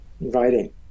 Inviting